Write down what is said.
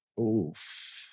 Oof